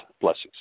blessings